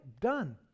done